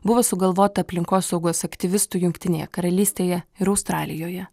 buvo sugalvota aplinkosaugos aktyvistų jungtinėje karalystėje ir australijoje